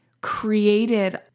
created